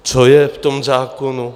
Co je v tom zákonu?